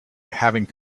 having